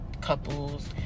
couples